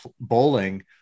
bowling